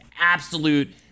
absolute